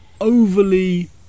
overly